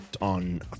on